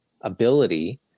ability